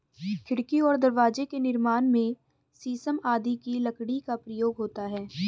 खिड़की और दरवाजे के निर्माण में शीशम आदि की लकड़ी का प्रयोग होता है